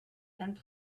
and